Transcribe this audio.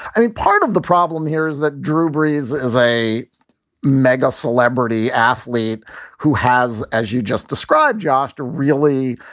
i mean, part of the problem here is that drew brees is a mega celebrity athlete who has, as you just described, jobster really